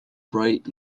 bright